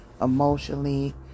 emotionally